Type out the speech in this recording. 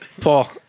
Paul